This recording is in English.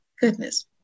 goodness